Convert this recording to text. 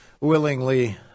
willingly